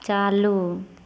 चालू